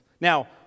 Now